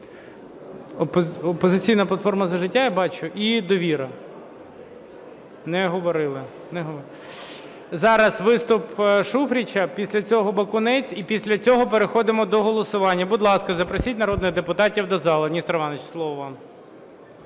"Опозиційна платформа - За життя", я бачу, і "Довіра" – не говорили. Зараз виступ Шуфрича, після цього – Бакунець і після цього переходимо до голосування. Будь ласка, запросіть народних депутатів до зали. Несторе Івановичу, слово вам.